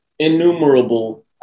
Innumerable